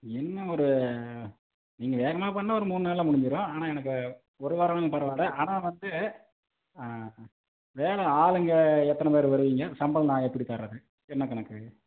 என்ன ஒரு நீங்கள் வேகமாக பண்ணால் ஒரு மூணு நாளில் முடிஞ்சுரும் ஆனால் எனக்கு ஒரு வாரம் ஆனாலும் பரவாயில்ல ஆனால் வந்து வேலை ஆளுங்கள் எத்தனை பேர் வருவீங்க சம்பளம் நான் எப்படி தரது என்ன கணக்கு